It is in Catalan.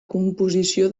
composició